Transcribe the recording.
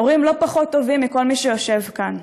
הורים לא פחות טובים מכל מי שיושב כאן.